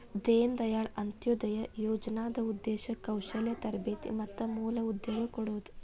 ದೇನ ದಾಯಾಳ್ ಅಂತ್ಯೊದಯ ಯೋಜನಾದ್ ಉದ್ದೇಶ ಕೌಶಲ್ಯ ತರಬೇತಿ ಮತ್ತ ಮೂಲ ಉದ್ಯೋಗ ಕೊಡೋದು